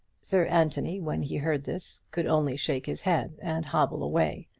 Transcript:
sir anthony, when he heard this, could only shake his head and hobble away.